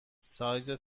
سایز